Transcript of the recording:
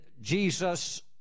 Jesus